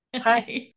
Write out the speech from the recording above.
Hi